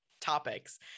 topics